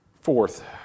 Fourth